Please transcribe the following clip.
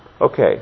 Okay